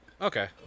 okay